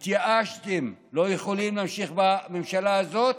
התייאשתם, לא יכולים להמשיך בממשלה הזאת,